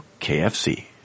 KFC